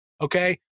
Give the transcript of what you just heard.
Okay